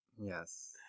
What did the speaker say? Yes